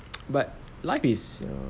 but life is